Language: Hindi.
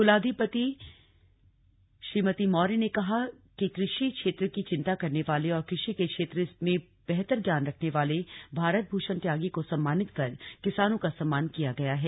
कुलाधिपति श्रीमती मौर्य ने कहा किकृषि क्षेत्र की चिंता करने वाले और कृषि के क्षेत्र में बेहतर ज्ञान रखने वाले भारत भूषण त्यागी को सम्मानित कर किसानों का सम्मान किया गया है